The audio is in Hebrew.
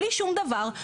בלי שום דבר,